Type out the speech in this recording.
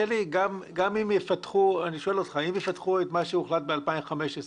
אם יפתחו את מה שהוחלט ב-2015,